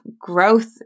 growth